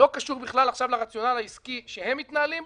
לא קשור בכלל עכשיו לרציונל העסקי שבו הן מתנהלות